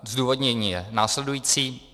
Zdůvodnění je následující.